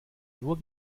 nur